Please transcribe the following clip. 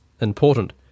important